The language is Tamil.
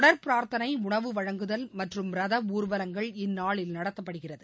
தொடர் பிரார்த்தனை உணவு வழங்குதல் மற்றும் ரதஊர்வலங்கள் இந்நாளில் நடத்தப்படுகிறது